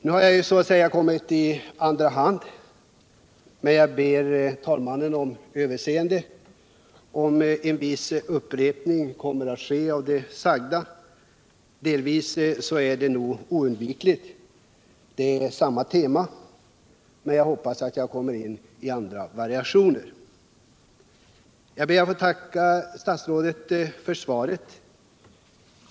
Nu har jag kommit i andra hand, men jag ber herr talmannen om överseende om en viss upprepning av det sagda kommer att ske. Delvis är det oundvikligt. Det är samma tema. Men jag hoppas att jag kommer in på andra variationer. ” Jag ber att få tacka statsrådet för svaret.